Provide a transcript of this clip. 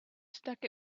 stuck